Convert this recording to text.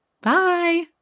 Bye